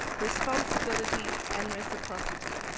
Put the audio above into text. responsibility and reciprocity.